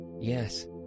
Yes